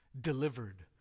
delivered